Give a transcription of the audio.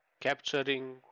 capturing